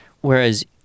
Whereas